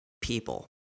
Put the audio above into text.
people